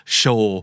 show